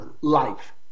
life